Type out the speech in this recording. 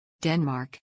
Denmark